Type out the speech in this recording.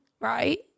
right